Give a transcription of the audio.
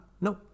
No